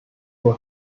was